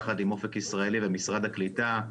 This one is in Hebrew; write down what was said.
יחד עם אופק ישראלי במשרד הקליטה,